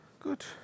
Good